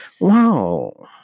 Wow